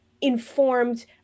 informed